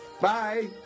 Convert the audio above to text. Bye